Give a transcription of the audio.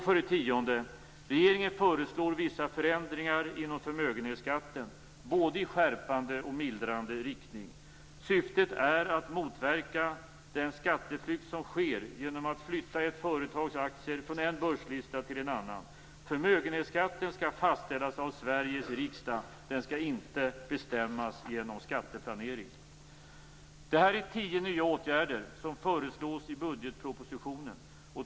För det tionde: Regeringen föreslår vissa förändringar inom förmögenhetsskatten både i skärpande och mildrande riktning. Syftet är att motverka den skatteflykt som sker genom att flytta ett företags aktier från en börslista till en annan. Förmögenhetsskatten skall fastställas av Sveriges riksdag, den skall inte bestämmas genom skatteplanering. Det här är tio nya åtgärder som föreslås i budgetpropositionen.